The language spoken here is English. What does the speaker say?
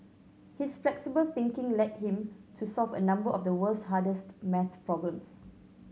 his flexible thinking led him to solve a number of the world's hardest math problems